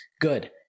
Good